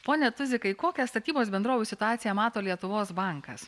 pone tuzikai kokią statybos bendrovių situaciją mato lietuvos bankas